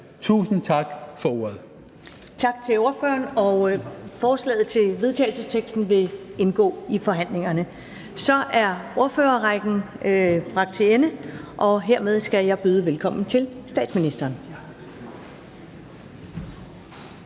(Karen Ellemann): Tak til ordføreren, og forslaget til vedtagelse vil indgå i forhandlingerne. Så er ordførerrækken bragt til ende, og hermed skal jeg byde velkommen til statsministeren.